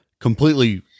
completely